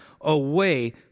away